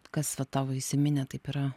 kas va tavo įsiminę taip yra